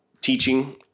teaching